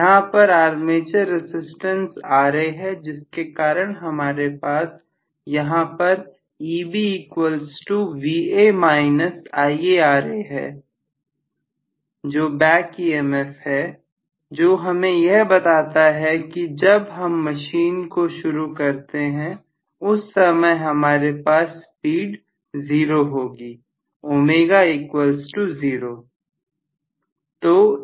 यहां पर armature resistance Ra है जिसके कारण हमारे पास यहां पर है जो बैक EMF है जो हमें यह बताता है कि जब हम मशीन को शुरू करते हैं उस समय हमारे पास स्पीड जीरो होगी ω0